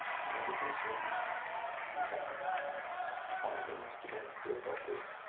then everything seemed to be numbed my limbs began to feel helpless,